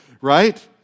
right